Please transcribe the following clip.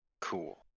cool